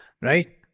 right